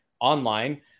online